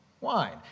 wine